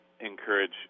encourage